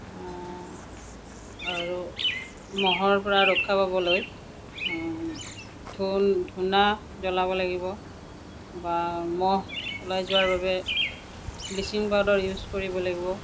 আৰু মহৰ পৰা ৰক্ষা পাবলৈ ধূনা জ্বলাব লাগিব বা মহ ওলাই যোৱাৰ বাবে ব্লিচিং পাউডাৰ ইউছ কৰিব লাগিব